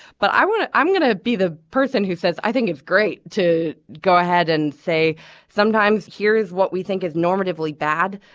but i want to i'm gonna be the person who says i think it's great to go ahead and say sometimes here is what we think is normatively bad.